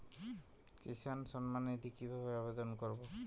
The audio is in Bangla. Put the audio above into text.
কিষান সম্মাননিধি কিভাবে আবেদন করব?